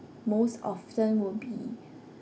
most often will be